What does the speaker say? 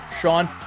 sean